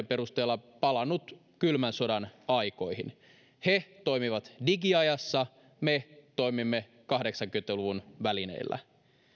perusteella palannut kylmän sodan aikoihin he toimivat digiajassa me toimimme kahdeksankymmentä luvun välineillä